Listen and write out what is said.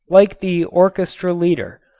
like the orchestra leader,